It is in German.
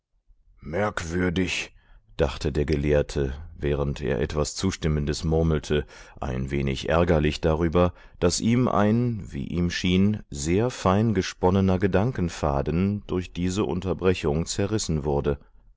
merkwürdig dachte der gelehrte während er etwas zustimmendes murmelte ein wenig ärgerlich darüber daß ihm ein wie ihm schien sehr fein gesponnener gedankenfaden durch diese unterbrechung zerrissen wurde